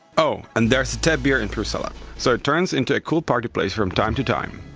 oh, and there's tap beer in prusalab! so it turns into a cool party place from time to time.